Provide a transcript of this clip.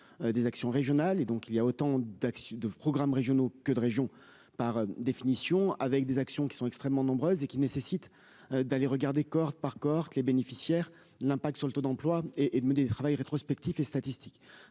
des actions régionales et donc il y a autant d'actions de programmes régionaux que de région, par définition, avec des actions qui sont extrêmement nombreuses et qui nécessite d'aller regarder cordes par Cork les bénéficiaires, l'impact sur le taux d'emploi et et de mener travail rétrospectif et statistiques,